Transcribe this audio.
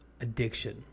addiction